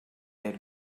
had